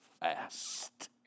fast